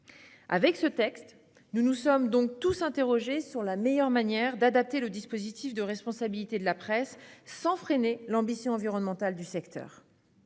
de ce texte, nous nous sommes donc tous interrogés sur la meilleure manière d'adapter le dispositif de responsabilité de la presse sans freiner l'ambition environnementale du secteur.